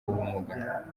ubumuga